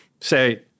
Say